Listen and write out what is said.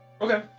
Okay